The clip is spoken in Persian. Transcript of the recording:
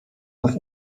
گفت